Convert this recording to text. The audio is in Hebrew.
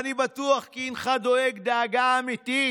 אני בטוח כי הינך דואג דאגה אמיתית